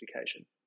education